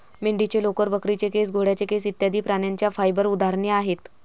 मेंढीचे लोकर, बकरीचे केस, घोड्याचे केस इत्यादि प्राण्यांच्या फाइबर उदाहरणे आहेत